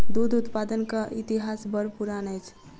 दूध उत्पादनक इतिहास बड़ पुरान अछि